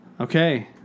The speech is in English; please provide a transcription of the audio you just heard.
okay